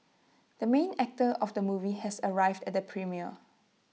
the main actor of the movie has arrived at the premiere